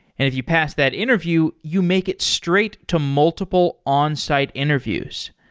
if you pass that interview, you make it straight to multiple onsite interviews.